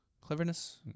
cleverness